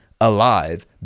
alive